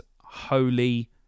holy